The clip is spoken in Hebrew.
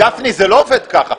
גפני, זה לא עובד כך.